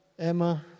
Emma